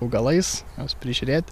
augalais juos prižiūrėt